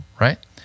right